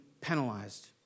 penalized